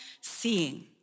seeing